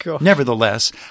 Nevertheless